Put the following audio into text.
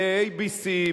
ב-ABC,